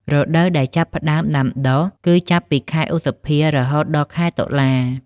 រដូវដែលចាប់ផ្តើមដាំដុះ គឺចាប់ពីខែឧសភា រហូតដល់ខែតុលា។